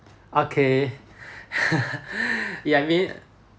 okay ya I mean